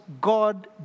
God